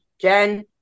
Jen